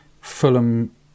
Fulham